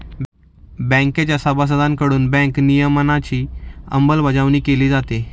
बँकेच्या सभासदांकडून बँक नियमनाची अंमलबजावणी केली जाते